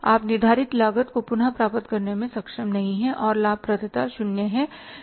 आप निर्धारित लागत को पुनर्प्राप्त करने में सक्षम नहीं हैं और लाभप्रदता शून्य है